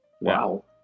Wow